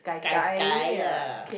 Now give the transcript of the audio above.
gai gai ah